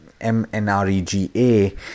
MNREGA